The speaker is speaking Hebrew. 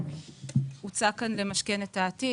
הוצע כאן למשכן את העתיד.